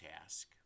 task